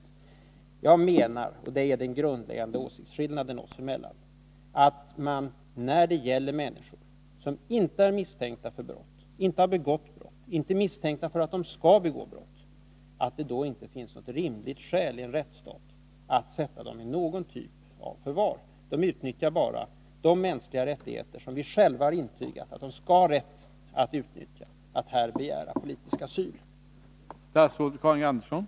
27 oktober 1981 Jag menar — och det är den grundläggande åsiktsskillnaden oss emellan — att när det gäller människor som inte har begått brott och som inte är Meddelande om misstänkta för att de skall begå brott, finns det inte något rimligt skäl i en rättsstat att sätta dem i någon typ av förvar. De människorna utnyttjar bara de mänskliga rättigheter som vi själva har intygat att de skall ha rätt att utnyttja — att här begära politisk asyl. Om beskattningen av multinationella företag